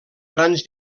grans